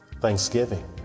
thanksgiving